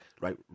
right